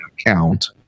account